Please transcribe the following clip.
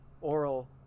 oral